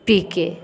पीके